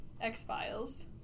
X-Files